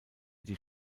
die